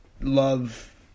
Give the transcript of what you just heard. Love